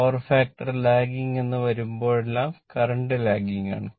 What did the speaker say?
power factor lagging എന്ന് വരുമ്പോഴെല്ലാം current lagging ആണ്